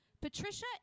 Patricia